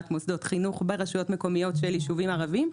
מוסדות חינוך ברשויות מקומיות של יישובים ערביים.